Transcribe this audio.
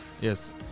Yes